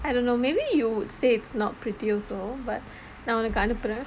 I don't know maybe you would say it's not pretty also but நான் உனக்கு அனுப்புரே:naan unakku anuppurae